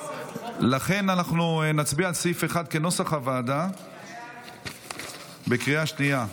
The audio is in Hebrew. לכן אנחנו נצביע על סעיף 1 כנוסח הוועדה בקריאה השנייה.